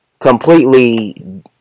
completely